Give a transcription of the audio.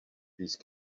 these